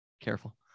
careful